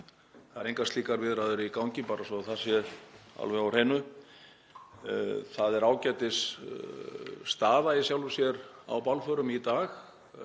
Það eru engar slíkar viðræður í gangi, bara svo það sé alveg á hreinu. Það er ágætisstaða í sjálfu sér á bálförum í dag.